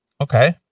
Okay